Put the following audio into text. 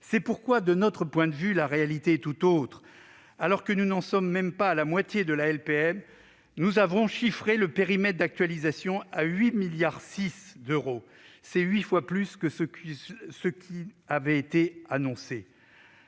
C'est pourquoi, de notre point de vue, la réalité est tout autre : alors que nous n'en sommes même pas à la moitié de la LPM, nous avons chiffré le périmètre d'actualisation à 8,6 milliards d'euros. C'est huit fois plus que ce qui avait été annoncé